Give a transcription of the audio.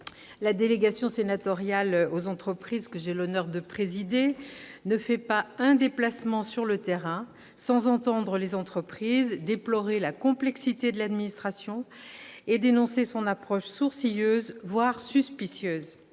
la délégation sénatoriale aux entreprises- j'ai l'honneur de présider celle-ci -ne font pas un seul déplacement sur le terrain sans entendre les entreprises déplorer la complexité de l'administration et dénoncer son approche sourcilleuse, voire suspicieuse.